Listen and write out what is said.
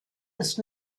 ist